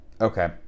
Okay